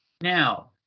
Now